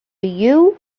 you